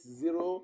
zero